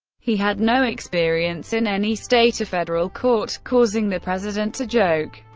he had no experience in any state or federal court, causing the president to joke,